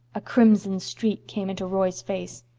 a crimson streak came into roy's face.